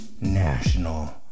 national